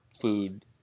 food